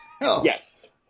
Yes